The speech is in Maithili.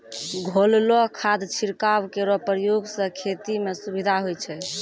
घोललो खाद छिड़काव केरो प्रयोग सें खेती म सुविधा होय छै